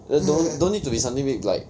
just don't don't need to be something big like